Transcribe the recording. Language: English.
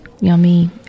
yummy